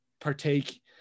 partake